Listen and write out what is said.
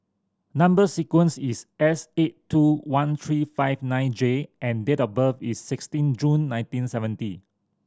number sequence is S eight two one three five nine J and date of birth is sixteen June nineteen seventy